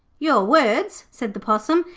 your words said the possum,